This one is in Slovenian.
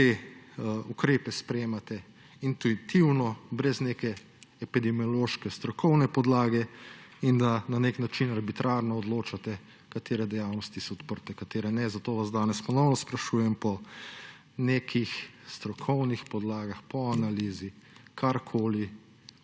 te ukrepe sprejemate intuitivno, brez neke epidemiološke strokovne podlage in da na nek način arbitrarno odločate, katere dejavnosti so odprte, katere ne. Zato vas danes ponovno sprašujem po nekih strokovnih podlagah, po analizi, karkoli